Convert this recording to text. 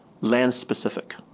Land-specific